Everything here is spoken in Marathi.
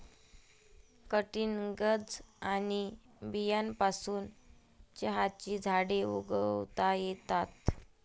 कटिंग्ज आणि बियांपासून चहाची झाडे उगवता येतात